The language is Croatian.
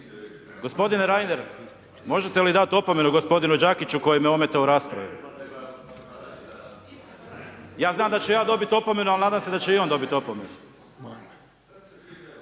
Đakić, g. Reiner, možete li dati opomenu g. Đakiću koji me je ometao u raspravi? Ja znam da ću ja dobiti opomenu, ali nadam se da će i on dobiti opomenu.